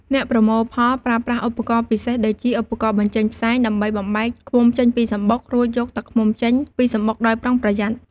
អ្នកប្រមូលផលប្រើប្រាស់ឧបករណ៍ពិសេសដូចជា ឧបករណ៍បញ្ចេញផ្សែងដើម្បីបំបែកឃ្មុំចេញពីសំបុក រួចយកទឹកឃ្មុំចេញពីសំបុកដោយប្រុងប្រយ័ត្ន។